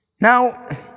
Now